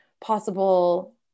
possible